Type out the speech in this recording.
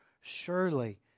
surely